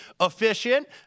efficient